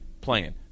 playing